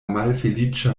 malfeliĉa